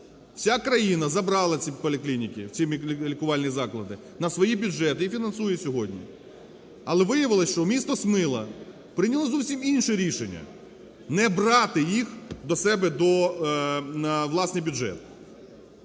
Ця країна забрала ці поліклініки, ці лікувальні заклади, на свої бюджети і фінансує сьогодні. Але виявилося, що місто Сміла прийняло зовсім інше рішення: не брати їх до себе до… власний бюджет.